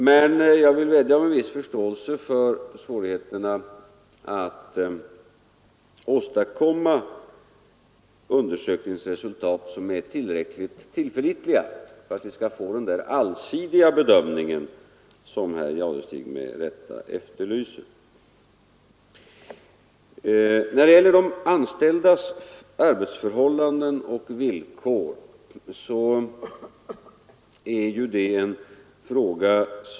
Men, jag vill vädja om en viss förståelse för svårigheterna att åstadkomma undersökningsresultat som är tillräckligt tillförlitliga för att vi skall få den allsidiga bedömning som herr Jadestig med rätta efterlyser.